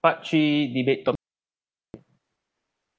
part three debate top